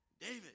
David